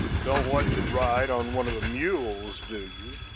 don't want to ride on one of the mules, do you?